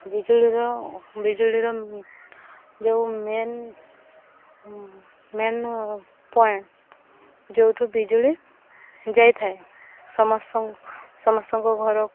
ବିଜୁଳିର ବିଜୁଳିର ଯେଉଁ ମେନ୍ ମେନ୍ ପଏଣ୍ଟ ଯେଉଁଠୁ ବିଜୁଳି ଯାଇଥାଏ ସମସ୍ତ ସମସ୍ତଙ୍କ ଘର